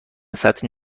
سطری